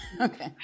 okay